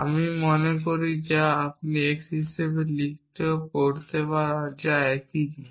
আমি মনে করি যা আমরা x হিসাবে লিখতেও পড়তে পারি যা একই জিনিস